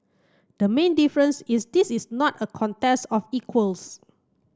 the main difference is this is not a contest of equals